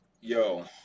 Yo